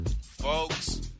Folks